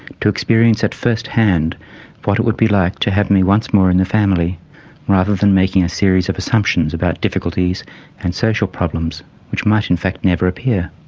to experience at first hand what it would be like to have me once more in the family rather than making a series of assumptions about difficulties and social problems which might in fact never appear.